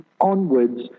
onwards